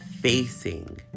facing